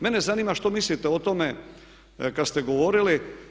Mene zanima što mislite o tome kad ste govorili.